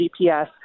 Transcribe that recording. GPS